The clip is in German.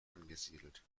angesiedelt